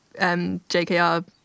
JKR